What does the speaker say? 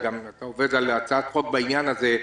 ואתה עובד על הצעת חוק בעניין הזה,